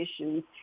issues